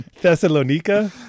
Thessalonica